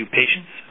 patients